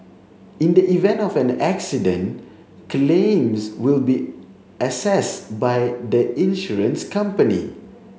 in the event of an accident claims will be assessed by the insurance company